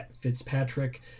Fitzpatrick